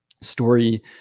story